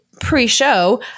pre-show